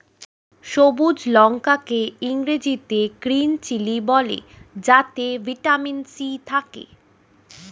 সবুজ লঙ্কা কে ইংরেজিতে গ্রীন চিলি বলে যাতে ভিটামিন সি থাকে